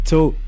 Two